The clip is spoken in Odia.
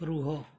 ରୁହ